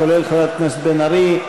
כולל חברת הכנסת בן ארי,